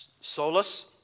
solus